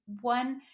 one